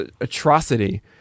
atrocity